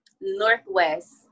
Northwest